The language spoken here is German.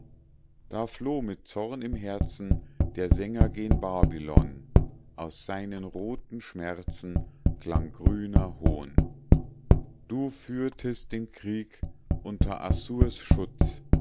da floh mit zorn im herzen der sänger gen babylon aus seinen roten schmerzen klang grüner hohn du führtest den krieg unter assurs schutz